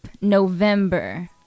November